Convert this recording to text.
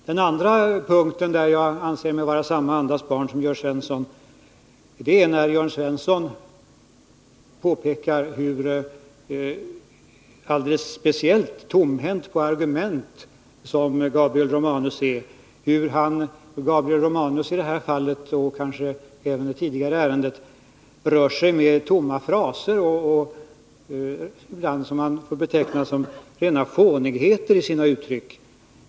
Det andra avseendet där jag anser mig vara samma andas barn som Jörn Svensson gäller när Jörn Svensson påpekar hur alldeles speciellt tomhänt i fråga om argument Gabriel Romanus är, hur Gabriel Romanus i detta fall — och kanske även i det tidigare ärendet — rör sig med tomma fraser och ibland uttryck som man får beteckna som rena fånigheter.